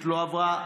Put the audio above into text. לא עברה.